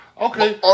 Okay